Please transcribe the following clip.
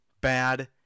bad